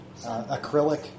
acrylic